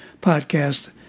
podcast